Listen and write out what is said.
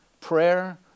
prayer